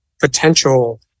potential